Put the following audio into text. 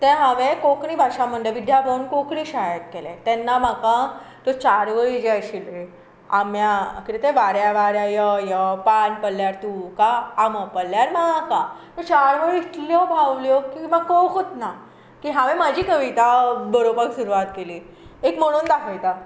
तें हांवें कोंकणी भाशा मंडळ विद्याभवन कोंकणी शाळेंत केलें तेन्ना म्हाका ज्यो चार वळी ज्यो आशिल्ल्यो आंब्या कितें वाऱ्या वाऱ्या यो यो पान पडल्यार तुका आंबो पडल्यार म्हाका चार वळी इतल्यो भावल्यो की म्हाका कळुकूत ना की हांवें म्हजी कविता बरोवपाक सुरवात केली एक म्हणून दाखयता